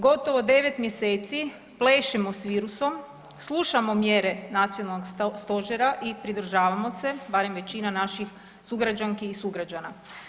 Gotovo 9 mjeseci plešemo s virusom, slušamo mjere nacionalnog stožera i pridržavamo se barem većina naših sugrađanki i sugrađana.